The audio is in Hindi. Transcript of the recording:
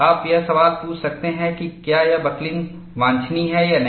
आप यह सवाल पूछ सकते हैं कि क्या यह बकलिंग वांछनीय है या नहीं